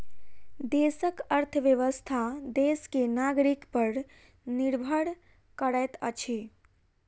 देशक अर्थव्यवस्था देश के नागरिक पर निर्भर करैत अछि